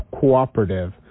cooperative